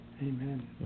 Amen